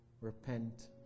repent